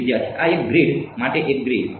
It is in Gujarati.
વિદ્યાર્થી આ એક ગ્રીડ માટે એક ગ્રીડ